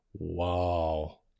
Wow